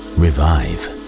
revive